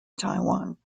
taiwan